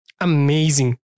Amazing